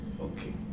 Okay